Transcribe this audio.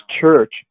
church